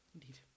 Indeed